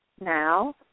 now